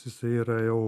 jisai yra jau